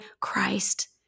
Christ